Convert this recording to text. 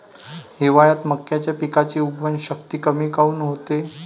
हिवाळ्यात मक्याच्या पिकाची उगवन शक्ती कमी काऊन होते?